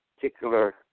particular